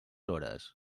hores